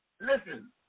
Listen